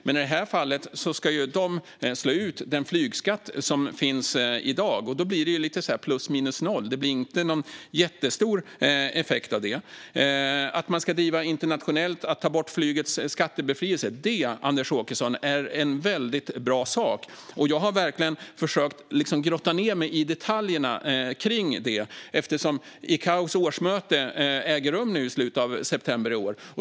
Men i det här fallet ska de slå ut den flygskatt som finns i dag, och då blir det lite plus minus noll. Det blir inte någon jättestor effekt av det. Att man internationellt ska driva frågan om att ta bort flygets skattebefrielse är en väldigt bra sak, Anders Åkesson. Jag har verkligen försökt grotta ned mig i detaljerna kring det eftersom ICAO:s årsmöte äger rum i slutet av september i år.